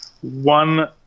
one